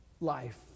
life